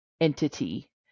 entity